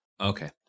Okay